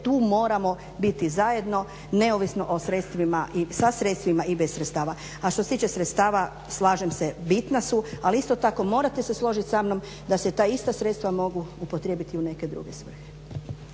tu moramo biti zajedno neovisno o sredstvima, sa sredstva i bez sredstava. A što se tiče sredstava, slažem se bitna su, ali isto tako morate se složiti samnom da se ta ista sredstva mogu upotrijebiti i u neke druge svrhe.